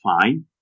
fine